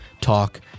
Talk